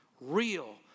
real